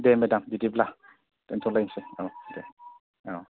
दे madam बिदिब्ला देनथ'लायसै औ दे औ औ